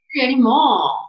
anymore